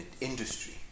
industry